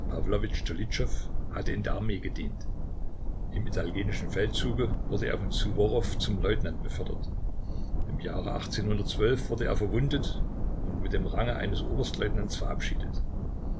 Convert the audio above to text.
hatte in der armee gedient im italienischen feldzuge wurde er von ssuworow zum leutnant befördert im jahre wurde er verwundet und mit dem range eines oberstleutnants verabschiedet